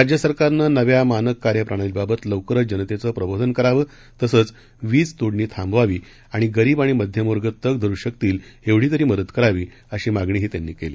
राज्य सरकारनं नव्या मानक कार्य प्रणाली बाबत लवकरंच जनतेचं प्रबोधन करावं तसंच वीज तोडणी थांबवावी आणि गरीब आणि मध्यम वर्ग तग धरू शकतील एवढी तरी मदत करावी अशी मागणीही त्यांनी केली